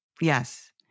Yes